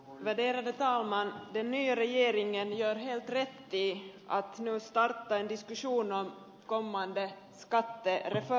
den nya regeringen gör helt rätt i att nu starta en diskussion om en kommande skattereform